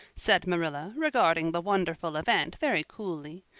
said marilla, regarding the wonderful event very coolly.